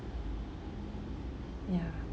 yeah